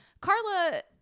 Carla